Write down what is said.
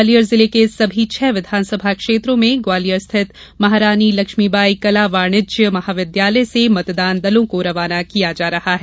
ग्वालियर जिले के सभी छह विघानसभा क्षेत्रों में ग्वालियर स्थित महारानी लक्ष्मीबाई कला वाणिज्य महाविद्यालय से मतदान दलों को रवाना किया जा रहा है